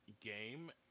game